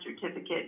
certificate